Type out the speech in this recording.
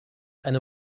eine